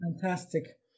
Fantastic